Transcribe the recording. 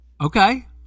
Okay